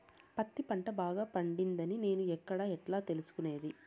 పత్తి పంట బాగా పండిందని నేను ఎక్కడ, ఎట్లా తెలుసుకునేది?